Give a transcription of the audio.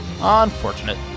Unfortunate